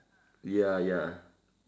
ya ya